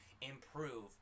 improve